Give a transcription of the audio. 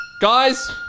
guys